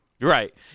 Right